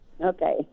Okay